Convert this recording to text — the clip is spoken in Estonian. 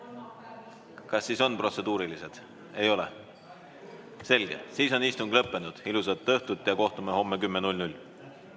Kas on protseduurilisi? Ei ole? Selge. Siis on istung lõppenud. Ilusat õhtut ja kohtume homme kell